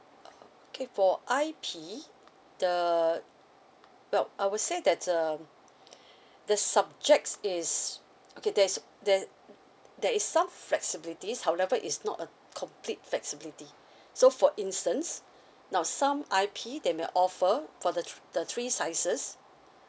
okay for I P the well I would say that um the subject is okay there is there there is some flexibility however it's not a complete flexibility so for instance now some I P they may offer for the thr~ the three sizes